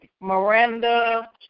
Miranda